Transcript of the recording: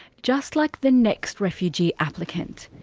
just like the next refugee applicant.